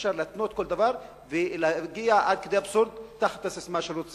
אי-אפשר להתנות כל דבר ולהגיע עד כדי אבסורד תחת הססמה שירות צבאי.